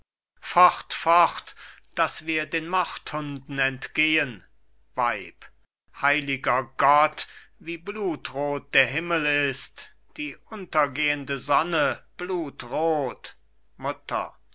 fort fort daß wir den mordhunden entgehen weib heiliger gott wie blutrot der himmel ist die untergehende sonne blutrot mutter